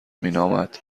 مینامد